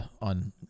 on